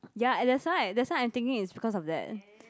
ya at that's why that's why I'm thinking is because of that